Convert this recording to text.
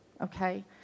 Okay